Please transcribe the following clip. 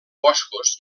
boscos